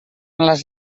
les